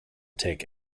take